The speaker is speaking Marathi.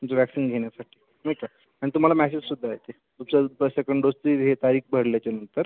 तुमचा व्हॅक्सिन घेण्यासाठी नाही का आणि तुम्हाला मॅसेज सुद्धा येतील तुमचा फर्स्ट सेकंद डोस हे तारीख भरल्यानंतर